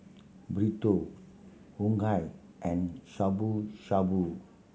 Burrito Unagi and Shabu Shabu